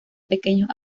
pequeños